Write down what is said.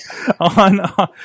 On